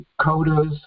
coders